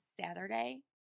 Saturday